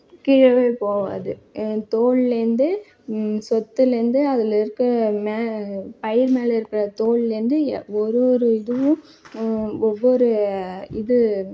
கீழயே போவாது என் தோள்ளேந்து ம் சொத்துலேந்து அதில் இருக்கும் மே பயிர் மேல் இருக்கிற தோள்லேந்து எ ஒரு ஒரு இதுவும் ம் ஒவ்வொரு இது